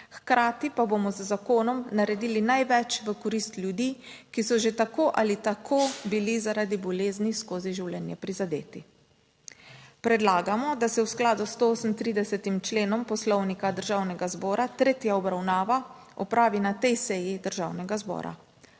Hkrati pa bomo z zakonom naredili največ v korist ljudi, ki so že tako ali tako bili zaradi bolezni skozi življenje prizadeti. Predlagamo, da se v skladu s 138. členom Poslovnika Državnega zbora tretja obravnava opravi na tej seji Državnega zbora.